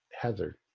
heather